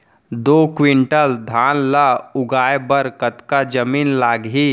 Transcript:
दो क्विंटल धान ला उगाए बर कतका जमीन लागही?